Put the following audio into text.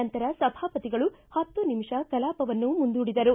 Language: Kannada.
ನಂತರ ಸಭಾಪತಿಗಳು ಹತ್ತು ನಿಮಿಷ ಕಲಾಪವನ್ನು ಮುಂದೂಡಿದರು